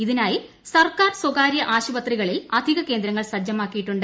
ഇതിനായി സർക്കാർ സ്വകാര്യ ആശുപത്രികളിൽ അധിക കേന്ദ്രങ്ങൾ സജ്ജമാക്കിയിട്ടുണ്ട്